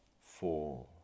four